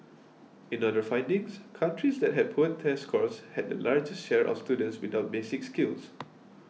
in other findings countries that had poor test scores had the largest share of students without basic skills